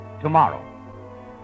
tomorrow